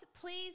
please